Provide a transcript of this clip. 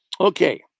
Okay